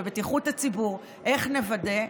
בבטיחות הציבור, איך נוודא?